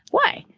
why?